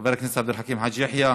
חבר הכנסת עבד אל חכים חאג' יחיא,